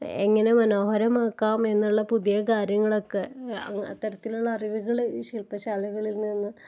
എങ്ങനെ മനോഹരമാക്കാം എന്നുള്ള പുതിയ കാര്യങ്ങളൊക്കെ അത്തരത്തിലുള്ള അറിവുകൾ ശില്പ്പശാലകളില് നിന്ന്